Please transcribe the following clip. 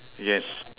yes